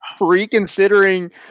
reconsidering